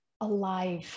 alive